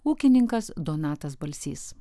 ūkininkas donatas balsys